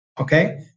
Okay